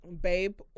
babe